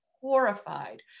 horrified